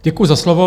Děkuji za slovo.